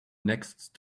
next